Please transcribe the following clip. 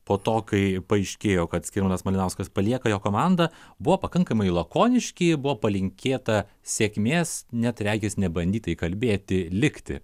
po to kai paaiškėjo kad skirmantas malinauskas palieka jo komandą buvo pakankamai lakoniški buvo palinkėta sėkmės net regis nebandyta įkalbėti likti